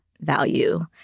value